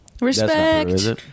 respect